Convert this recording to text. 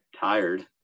tired